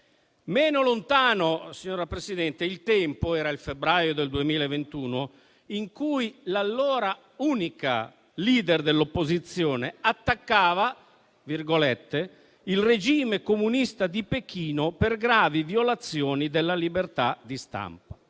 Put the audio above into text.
Meno lontano, signora Presidente, il tempo (era il febbraio 2021) in cui l'allora unica *leader* dell'opposizione attaccava "il regime comunista di Pechino per gravi violazioni della libertà di stampa".